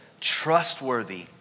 trustworthy